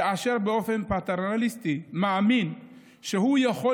זה אשר באופן פטרנליסטי מאמין שהוא יכול